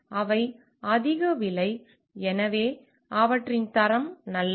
அவை அதிக விலை எனவே அவற்றின் தரம் நல்லது